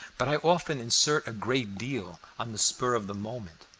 but i often insert a great deal on the spur of the moment.